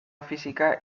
física